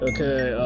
Okay